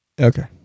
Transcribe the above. Okay